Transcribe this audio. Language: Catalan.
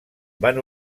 van